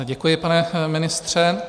Děkuji, pane ministře.